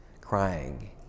crying